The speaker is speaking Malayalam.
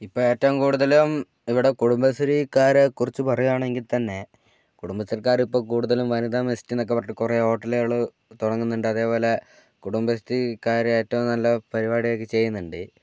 ഇപ്പോൾ ഏറ്റവും കൂടുതലും ഇവിടെ കുടുംബശ്രീക്കാരെക്കുറിച്ച് പറയുകയാണെങ്കിൽ തന്നെ കുടുംബശ്രീക്കാർ ഇപ്പോൾ കൂടുതലും വനിത മെസ്റ്റ് എന്നൊക്കെ പറഞ്ഞിട്ട് കുറെ ഹോട്ടലുകൾ തുടങ്ങുന്നുണ്ട് അതുപോലെ കുടുംബശ്രീക്കാർ ഏറ്റവും നല്ല പരിപാടിയൊക്കെ ചെയ്യുന്നുണ്ട്